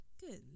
good